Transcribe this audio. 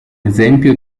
esempio